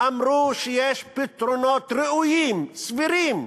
אמרו שיש פתרונות ראויים, סבירים,